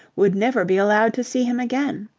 would never be allowed to see him again.